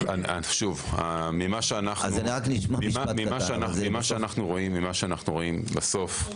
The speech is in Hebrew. ממה שאנו רואים בסוף,